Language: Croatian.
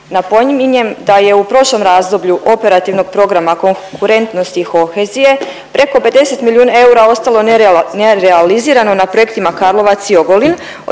Napominjem da je u prošlom razdoblju Operativnog programa Konkurentnost i kohezije preko 50 milijuna eura ostalo nerealizirano na projektima Karlovac i Ogulin